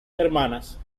hermanas